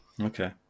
okay